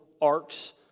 arcs